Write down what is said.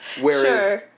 Whereas